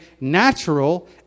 natural